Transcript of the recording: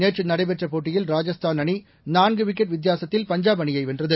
நேற்று நடைபெற்ற போட்டியில் ராஜஸ்தான் அணி நான்கு விக்கெட் வித்தியாசத்தில் பஞ்சாப் அணியை வென்றது